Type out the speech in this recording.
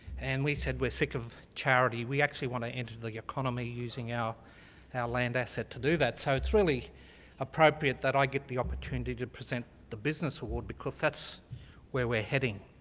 and we said we're sick of charity. we actually want to enter the economy using our land asset to do that. so it's really appropriate that i get the opportunity to present the business award, because that's where we're heading.